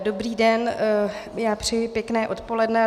Dobrý den, přeji pěkně odpoledne.